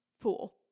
pool